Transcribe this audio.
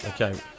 Okay